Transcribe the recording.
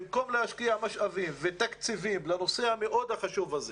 במקום להשקיע משאבים ותקציבים בנושא החשוב מאוד הזה,